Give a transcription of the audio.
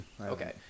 Okay